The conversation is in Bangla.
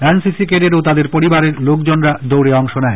এন সি সি ক্যাডেট ও তাদের পরিবারের লোকজন দৌড়ে অংশ নেয়